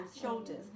shoulders